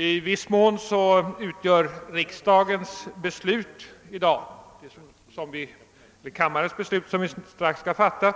I viss mån utgör kammarens beslut i dag, som vi strax skall fatta,